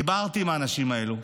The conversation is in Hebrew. דיברתי עם האנשים האלה,